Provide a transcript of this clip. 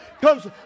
comes